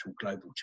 Global